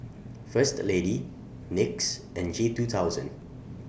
First Lady NYX and G two thousand